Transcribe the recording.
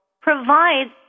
provides